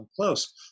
close